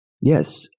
Yes